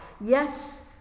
Yes